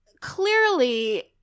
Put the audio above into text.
clearly